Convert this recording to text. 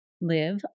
live